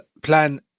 plan